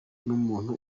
n’umuntu